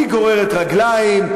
היא גוררת רגליים,